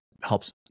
helps